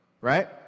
Right